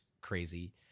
crazy